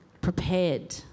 prepared